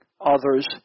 others